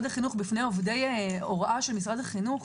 החינוך בפני עובדי הוראה של משרד החינוך,